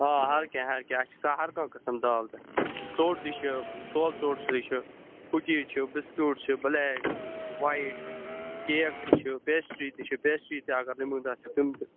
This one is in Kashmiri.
آ ہر کیٚنٛہہ ہر کیٚنٛہہ اَسہِ چھِ ہر کانٛہہ قٔسٕم دال تہٕ ژوٚٹ تہِ چھِ تۄلہٕ ژوٚٹ تہِ چھِ کُکیٖز چھِ بِسکوٗٹ چھِ بٔلیک وایِٹ کیک تہِ چھِ پیسٹری تہِ چھِ پیسٹری تہِ اَگر نِمٕژ آسٮ۪و تِم تہِ